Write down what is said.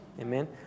amen